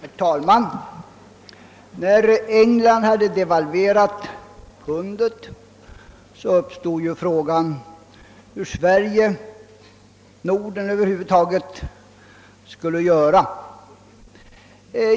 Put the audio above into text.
Herr talman! När England hade devalverat pundet uppstod frågan, hur Sverige — och Norden över huvud taget — skulle göra.